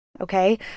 okay